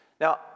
Now